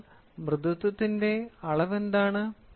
അപ്പോൾ മൃദുത്വത്തിന്റെ അളവ് എന്താണ്